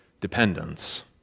dependence